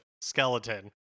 skeleton